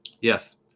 Yes